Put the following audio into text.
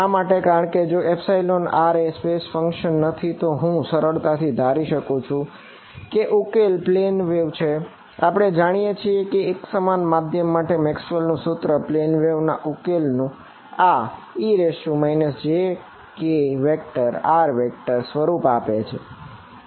શા માટે કારણ કે જો r એ સ્પેસ ના ઉકેલ નું આ ejkr સ્વરૂપ આપે છે